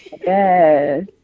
Yes